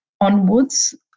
onwards